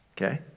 Okay